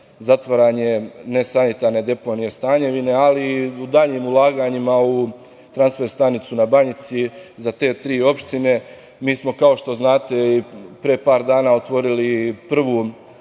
zatvaranje nesanitarne deponije „Stanjevine“, ali i u daljim ulaganjima u transfer stanicu na Banjici za te tri opštine. Mi smo, kao što znate, pre par dana otvorili i prvu